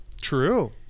true